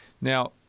Now